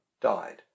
died